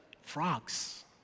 frogs